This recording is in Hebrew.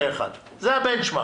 זה ה- benchmark.